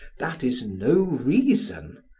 that is no reason.